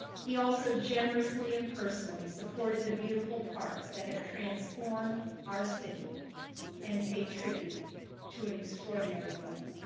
he also generously and personally supported the beautiful parks that have transformed our city and pay tribute to an extraordinary woman.